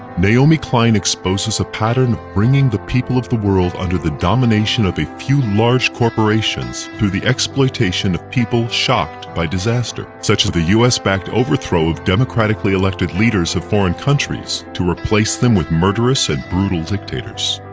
naomi klein exposes a pattern of bringing the people of the world under the domination of a few large corporations through the exploitation of people shocked by disaster, such as the u s backed overthrow of democratically elected leaders of foreign countries, to replace them with murderous and brutal dictators.